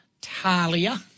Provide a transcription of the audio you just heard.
Talia